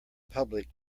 public